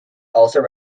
also